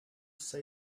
say